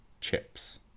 chips